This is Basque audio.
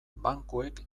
bankuek